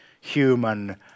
human